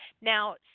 Now